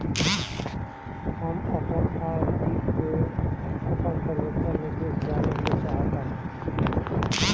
हम अपन आर.डी पर अपन परिपक्वता निर्देश जानेके चाहतानी